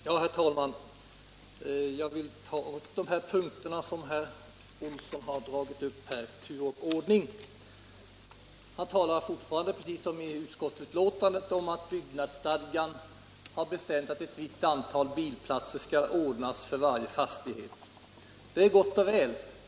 Herr talman! Jag vill i tur och ordning ta upp de olika punkter som herr Olsson i Sundsvall berörde. Herr Olsson säger, precis som det står i utskottsbetänkandet, att det i byggnadsstadgan föreskrivs att ett visst antal bilplatser skall ordnas för varje fastighet. Detta är gott och väl.